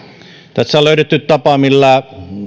tässä on löydetty tapa millä